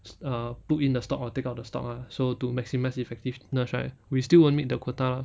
uh put in the stock or take out the stock ah so to maximise effectiveness right we still won't make the quota lah